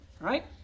Right